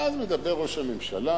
ואז מדבר ראש הממשלה,